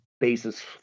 basis